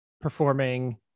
performing